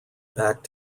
back